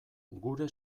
gure